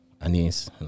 Anis